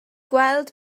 gweld